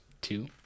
two